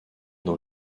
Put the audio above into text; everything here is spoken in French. dans